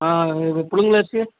ஆ இது புலுங்கலரிசி